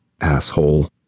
Asshole